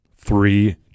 three